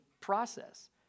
process